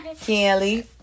Kelly